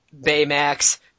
Baymax